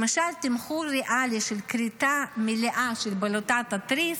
למשל, תמחור ריאלי של כריתה מלאה של בלוטת התריס,